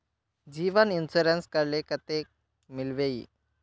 जीवन इंश्योरेंस करले कतेक मिलबे ई?